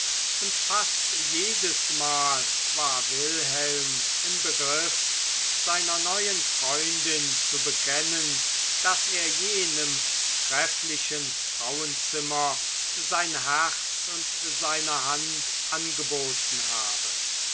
und fast jedesmal war wilhelm im begriff seiner neuen freundin zu bekennen daß er jenem trefflichen frauenzimmer sein herz und seine hand angeboten habe